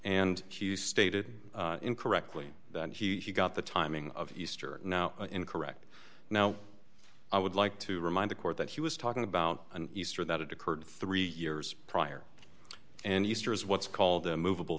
and q stated incorrectly that he got the timing of easter now in correct now i would like to remind the court that he was talking about an easter that occurred three years prior and easter is what's called a moveable